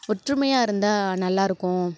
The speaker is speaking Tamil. ஒற்றுமையாக இருந்தால் நல்லாருக்கும்